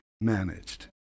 managed